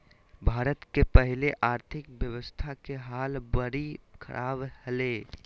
भारत के पहले आर्थिक व्यवस्था के हाल बरी ख़राब हले